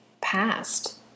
past